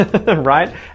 right